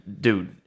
dude